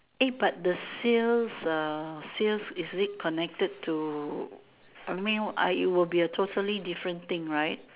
but the sales sales isn't it connected to I mean it would be a totally different thing right